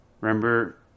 remember